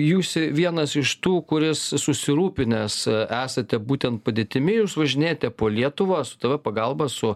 jūs vienas iš tų kuris susirūpinęs esate būtent padėtimi jūs važinėjate po lietuvą su tv pagalba su